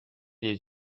les